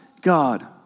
God